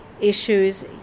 issues